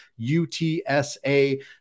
UTSA